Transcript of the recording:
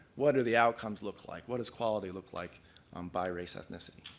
what do the outcomes look like, what does quality look like um by race ethnicity?